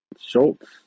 Schultz